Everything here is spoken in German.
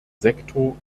sektor